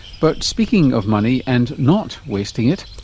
but speaking of money and not wasting it,